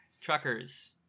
Truckers